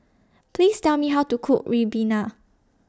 Please Tell Me How to Cook Ribena